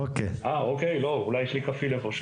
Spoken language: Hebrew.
אה, אוקיי, אולי יש לי כפיל איפה שהוא.